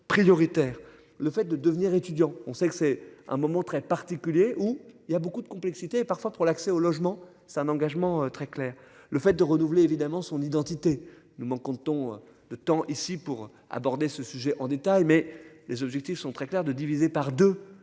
Le fait de devenir étudiant, on sait que c'est un moment très particulier où il y a beaucoup de complexité parfois pour l'accès au logement, c'est un engagement très clair le fait de renouveler évidemment son identité. Nous manquons de ton de temps ici pour aborder ce sujet en détail mais les objectifs sont très clairs de diviser par deux